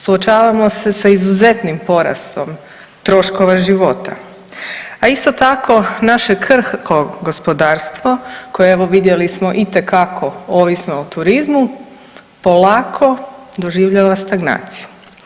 Suočavamo se sa izuzetnim porastom troškova života, a isto tako naše krhko gospodarstvo koje vidjeli smo itekako ovisno o turizmu polako doživljava stagnaciju.